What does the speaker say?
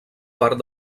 part